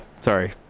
Sorry